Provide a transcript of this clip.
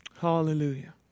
Hallelujah